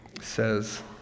says